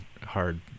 hard